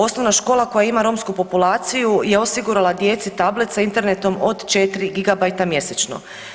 Osnovna škola koja ima romsku populaciju je osigurala djeci tablet sa Internetom od 4 gigabajta mjesečno.